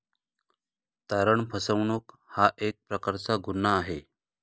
तारण फसवणूक हा एक प्रकारचा गुन्हा आहे